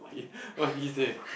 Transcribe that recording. what he what did he say